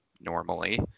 normally